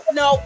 no